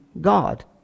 God